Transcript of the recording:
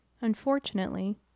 Unfortunately